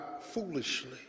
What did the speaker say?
foolishly